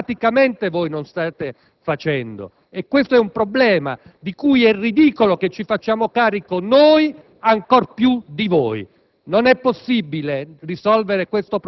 e ciò è, invece, quello che drammaticamente voi non state facendo; ed è un problema del quale è ridicolo che ci si faccia carico noi ancor più di voi.